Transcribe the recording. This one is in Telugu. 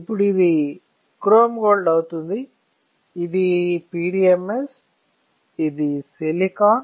ఇప్పుడు ఇది క్రోమ్ గోల్డ్ అవుతుంది ఇది PDMS ఇది సిలికాన్